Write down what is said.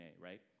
right